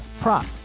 prop